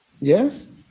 Yes